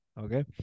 okay